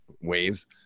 waves